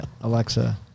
Alexa